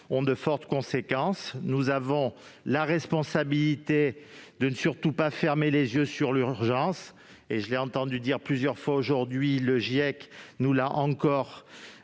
ont de fortes conséquences. Nous avons la responsabilité de ne surtout pas fermer les yeux sur l'urgence, comme je l'ai entendu dire plusieurs fois aujourd'hui et comme le Groupe